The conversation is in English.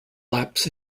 laps